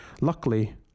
Luckily